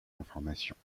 informations